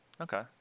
Okay